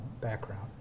background